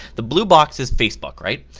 the blue box is facebook right?